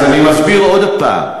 אז אני מסביר עוד הפעם: